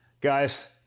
Guys